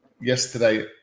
yesterday